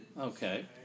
Okay